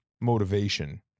motivation